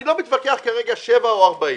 אני לא מתווכח כרגע על שבע או ארבעים,